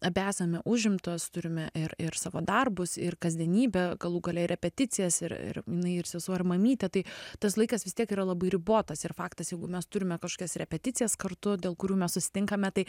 abi esame užimtos turime ir ir savo darbus ir kasdienybę galų gale repeticijas ir ir jinai ir sesuo ir mamytė tai tas laikas vis tiek yra labai ribotas ir faktas jeigu mes turime kažkokias repeticijas kartu dėl kurių mes susitinkame tai